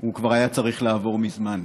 הוא כבר היה צריך לעבור מזמן.